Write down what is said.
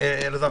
אלעזר